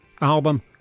album